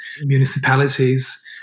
municipalities